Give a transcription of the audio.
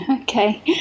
Okay